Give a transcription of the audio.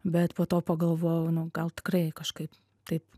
bet po to pagalvojau nu gal tikrai kažkaip taip